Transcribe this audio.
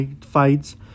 fights